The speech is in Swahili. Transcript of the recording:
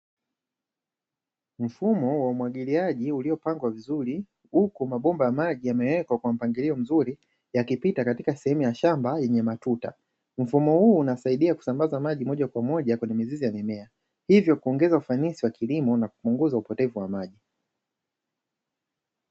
Mfumo wa umwagiliaji uliopangwa vizuri kwa mabomba yamaji yamewekwa kwa mpangilio mzuri yakiputa katika sehemu ya shamba yeye matuta, mfumo huu unasaidia kusambaza maji mojakwa moja kwenye mizizi ya mimea, hivyo kuongeza ufanisi wa kilimo na kupunguza upotevu wa maji.